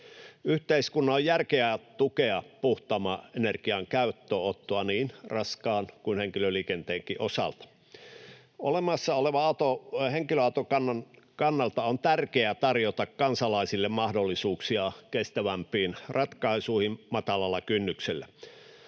Yhteiskunnan on järkevää tukea puhtaamman energian käyttöönottoa niin raskaan kuin henkilöliikenteenkin osalta. Olemassa olevan henkilöautokannan kannalta on tärkeää tarjota kansalaisille mahdollisuuksia kestävämpiin ratkaisuihin matalalla kynnyksellä.